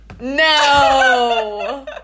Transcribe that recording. No